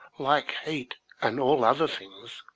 like heat and all other things,